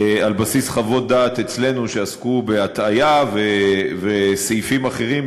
על בסיס חוות דעת אצלנו שעסקו בהטעיה וסעיפים אחרים,